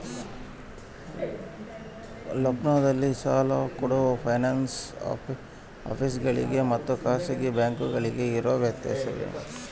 ಲೋಕಲ್ನಲ್ಲಿ ಸಾಲ ಕೊಡೋ ಫೈನಾನ್ಸ್ ಆಫೇಸುಗಳಿಗೆ ಮತ್ತಾ ಖಾಸಗಿ ಬ್ಯಾಂಕುಗಳಿಗೆ ಇರೋ ವ್ಯತ್ಯಾಸವೇನ್ರಿ?